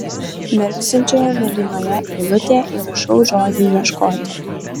mirksinčioje mėlynoje eilutėje įrašau žodį ieškoti